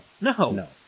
No